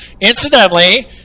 Incidentally